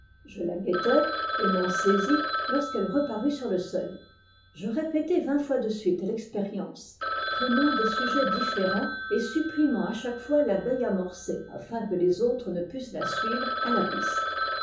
je la guettai et m'en saisis lorsqu'elle reparut sur le seuil je répétai vingt fois de suite l'expérience prenant des sujets différents et supprimant à chaque fois l'abeille amorcée afin que les autres ne pussent la suivre à la piste